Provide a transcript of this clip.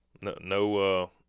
No